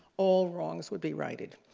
all wrongs would be righted.